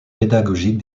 pédagogique